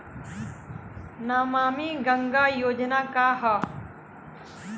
नमामि गंगा योजना का ह?